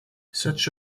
such